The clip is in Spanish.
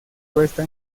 puesta